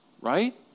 right